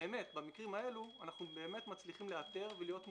ובמקרים האלה אנחנו מצליחים לאתר ולהיות מועילים.